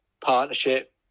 partnership